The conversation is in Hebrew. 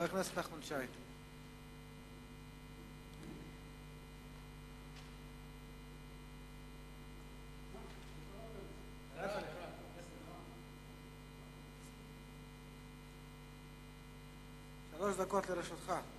חבר הכנסת נחמן שי, שלוש דקות לרשותך.